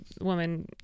woman